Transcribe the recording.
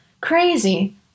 Crazy